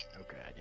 okay